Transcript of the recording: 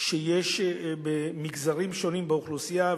שיש במגזרים שונים באוכלוסייה,